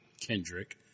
Kendrick